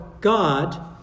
God